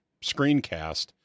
screencast